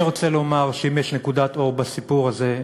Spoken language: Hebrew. אני רוצה לומר שאם יש נקודת אור בסיפור הזה,